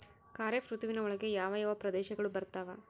ಖಾರೇಫ್ ಋತುವಿನ ಒಳಗೆ ಯಾವ ಯಾವ ಪ್ರದೇಶಗಳು ಬರ್ತಾವ?